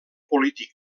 polític